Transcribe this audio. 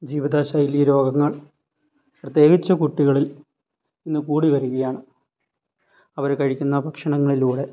ജീവിതശൈലി രോഗങ്ങൾ പ്രത്യകിച്ച് കുട്ടികളിൽ ഇന്ന് കൂടി വരികയാണ് അവര് കഴിക്കുന്ന ഭക്ഷണങ്ങളിലൂടെ